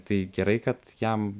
tai gerai kad jam